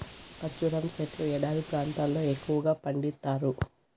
ఖర్జూరం సెట్లు ఎడారి ప్రాంతాల్లో ఎక్కువగా పండిత్తారు